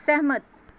ਸਹਿਮਤ